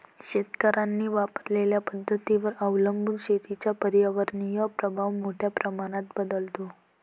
शेतकऱ्यांनी वापरलेल्या पद्धतींवर अवलंबून शेतीचा पर्यावरणीय प्रभाव मोठ्या प्रमाणात बदलतो